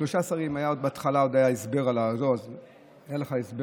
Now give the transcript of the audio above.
אתה צריך לסיים.